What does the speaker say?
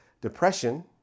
depression